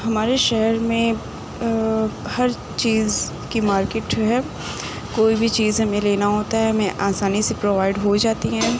ہمارے شہر میں ہر چیز کی مارکیٹ ہے کوئی بھی چیز ہمیں لینا ہوتا ہے ہمیں آسانی سے پرووائڈ ہو جاتی ہیں